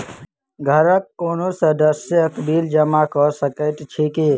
घरक कोनो सदस्यक बिल जमा कऽ सकैत छी की?